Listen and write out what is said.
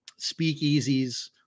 speakeasies